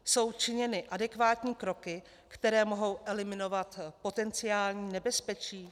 Jsou činěny adekvátní kroky, které mohou eliminovat potenciální nebezpečí?